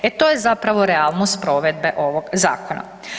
E to je zapravo realnost provedbe ovog zakona.